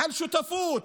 על שותפות,